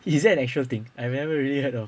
is that an actual thing I've never really heard of